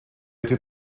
été